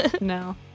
No